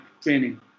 training